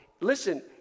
listen